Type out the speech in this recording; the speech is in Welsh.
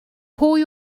pwy